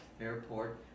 airport